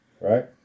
right